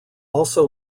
also